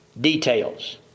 details